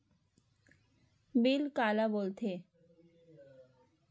Bill काला बोल थे?